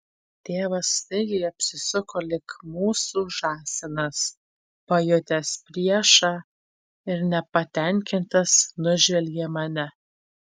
tėvas staigiai apsisuko lyg mūsų žąsinas pajutęs priešą ir nepatenkintas nužvelgė mane